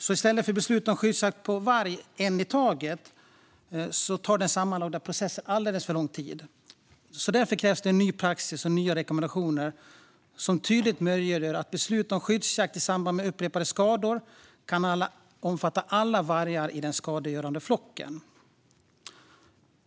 I stället fattas beslut om skyddsjakt för en varg i taget, och den sammanlagda processen tar alldeles för lång tid. Därför krävs en ny praxis och nya rekommendationer som tydligt möjliggör att beslut om skyddsjakt i samband med upprepade skador kan omfatta alla vargar i den skadegörande flocken.